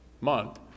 month